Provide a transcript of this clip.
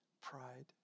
pride